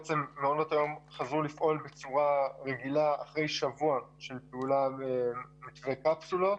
בעצם מעונות היום חזרו לפעול בצורה רגילה אחרי שבוע של מתווה קפסולות.